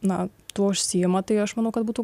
na tuo užsiima tai aš manau kad būtų